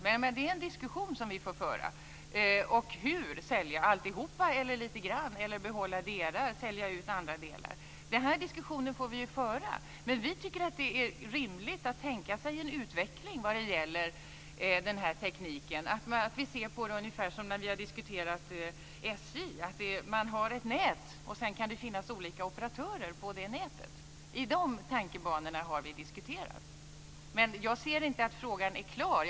Men det är en diskussion som vi får föra. Det gäller också hur vi ska sälja - alltihop, lite grann, behålla vissa delar och sälja ut andra delar osv. Den här diskussionen får vi ju föra. Vi tycker att det är rimligt att tänka sig en utveckling när det gäller den här tekniken där vi ser på det ungefär som på SJ: Man har ett nät, och sedan kan det finnas olika operatörer på det nätet. I de tankebanorna har vi diskuterat. Men jag ser inte att frågan är klar.